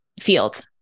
field